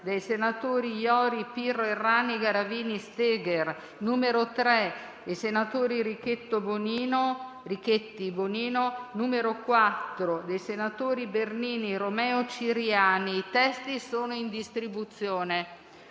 dai senatori Iori, Pirro, Errani, Garavini e Steger, n. 3, dai senatori Richetti e Bonino, e n. 4, dai senatori Bernini, Romeo e Ciriani. I testi sono in distribuzione.